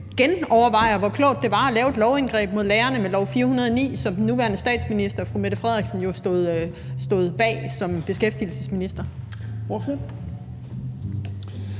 genovervejer, hvor klogt det var at lave et lovindgreb mod lærerne med lov nr. 409, som den nuværende statsminister, fru Mette Frederiksen, jo stod bag som beskæftigelsesminister.